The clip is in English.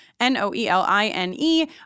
N-O-E-L-I-N-E